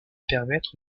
permettre